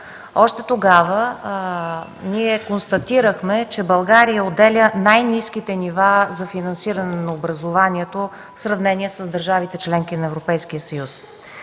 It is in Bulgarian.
още тогава констатирахме, че България отделя най-ниските нива за финансиране на образованието в сравнение с държавите – членки на Европейския съюз.